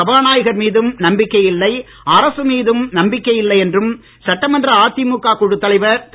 சபாநாயகர் மீதும் நம்பிக்கையில்லை அரசு மீதும் நம்பிக்கையில்லை என்றும் சட்டமன்ற அதிமுக குழு தலைவர் திரு